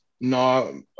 no